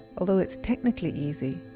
although it's technically easy,